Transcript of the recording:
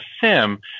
SIM